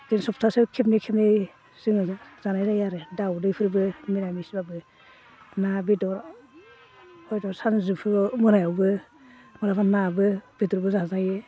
बिदिनो सफ्थासेयाव खेबनै खेबनै जोङो जानाय जायो आरो दाउदैफोरबो मिरामिसब्लाबो ना बेदर हयथ' सानजौफुआव मोनायावबो माब्लाबा नाबो बेदरबो जाजायो